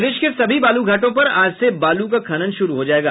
प्रदेश के सभी बालू घाटों पर आज से बालू का खनन शुरू हो जायेगा